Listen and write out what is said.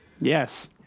yes